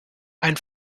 ein